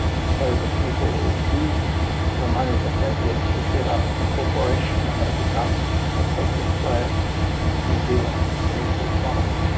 and so the people use the money that they get to set up ah corporation and they become a corporate player in the new zealand political economy.